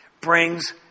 brings